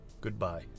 Goodbye